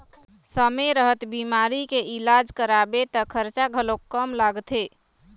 समे रहत बिमारी के इलाज कराबे त खरचा घलोक कम लागथे